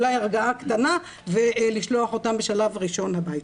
אולי הרגעה קטנה ולשלוח אותם בשלב ראשון הביתה.